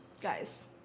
guys